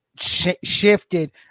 shifted